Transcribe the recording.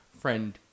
friend